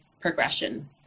progression